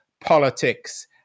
Politics